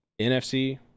NFC